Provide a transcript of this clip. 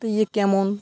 তো এ কেমন